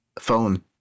phone